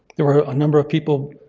there were a number of people,